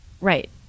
Right